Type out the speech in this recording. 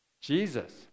Jesus